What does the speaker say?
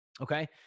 Okay